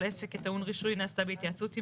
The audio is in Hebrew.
העסק טעון הרישוי נעשתה בהתייעצות עמו,